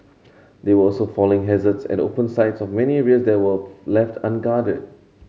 there were also falling hazards at open sides of many areas that were left unguarded